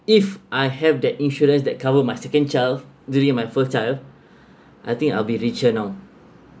if I have that insurance that cover my second child during my first child I think I'll be richer now